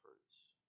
efforts